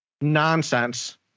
nonsense